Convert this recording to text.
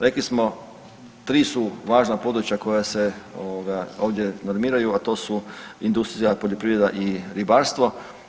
Rekli smo, 3 su važna područja koja se ovdje normiraju, a to su industrija, poljoprivreda i ribarstvo.